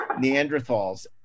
Neanderthals